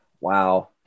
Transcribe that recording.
Wow